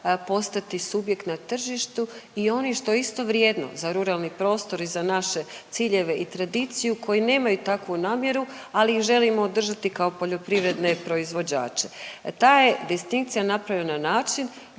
postati subjekt na tržištu i oni što je isto vrijedno za ruralni prostor i za naše ciljeve i tradiciju koji nemaju takvu namjeru, ali ih želimo održati kao poljoprivredne proizvođače. Ta je distinkcija napravljena na način